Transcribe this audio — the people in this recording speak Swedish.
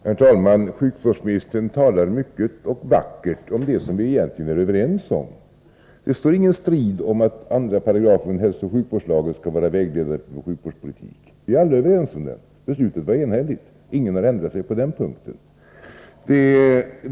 Herr talman! Sjukvårdsministern talar mycket och vackert om det som vi egentligen är överens om. Det står ingen strid om att 2 § hälsooch sjukvårdslagen skall vara vägledande för vår sjukvårdspolitik. Vi är alla överens om det. Beslutet var enhälligt. Ingen har ändrat sig på den punkten.